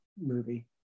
movie